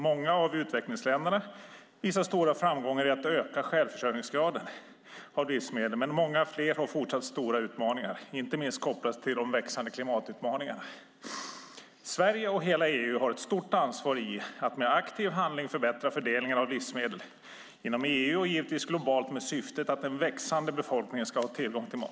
Många av utvecklingsländerna visar stora framgångar i att öka graden av självförsörjning när det gäller livsmedel, men många fler har fortsatt stora utmaningar - inte minst kopplat till de växande klimatutmaningarna. Sverige och hela EU har ett stort ansvar att genom aktiv handling förbättra fördelningen av livsmedel inom EU och givetvis globalt, med syftet att den växande befolkningen ska ha tillgång till mat.